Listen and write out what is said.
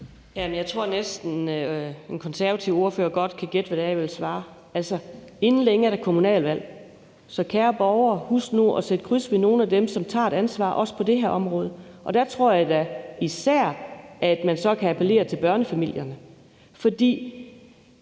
Jeg tror næsten, den konservative ordfører godt kan gætte, hvad det er, jeg vil svare. Inden længe er der kommunalvalg. Så kære borgere, husk nu at sætte kryds ved nogle af dem, som tager et ansvar, også på det her område. Der tror jeg da især, at man så kan appellere til børnefamilierne. For